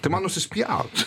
tai man nusispjaut